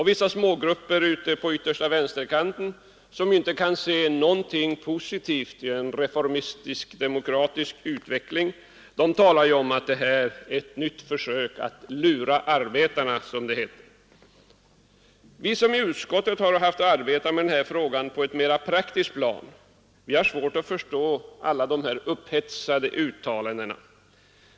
Vissa smågrupper på yttersta vänsterkanten, 24 maj 1973 som ju inte kar se något positivt i en reformistisk-demokratisk utveckling, talar om att detta är ett, som det heter, nytt försök att ”lura Allmänna pensionsarbetarna”. Vi som i utskottet har haft att arbeta med den här frågan på fondens förvaltning, ett mer praktiskt plan har svårt att förstå alla dessa upphetsade 2. Mi uttalanden.